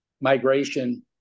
migration